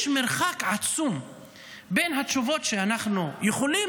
יש מרחק עצום בין התשובות שאנחנו יכולים